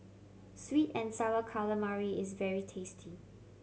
sweet and Sour Calamari is very tasty